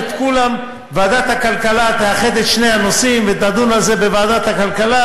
ועדת הכלכלה תאחד את שני הנושאים ותדון עליהם בוועדת הכלכלה,